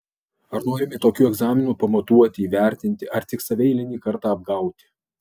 ar norime tokiu egzaminu pamatuoti įvertinti ar tik save eilinį kartą apgauti